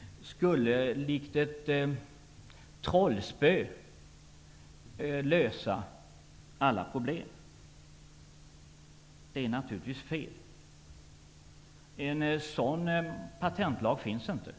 - likt ett trollspö skulle lösa alla problem. Det är naturligtvis fel. En sådan patentlag finns inte.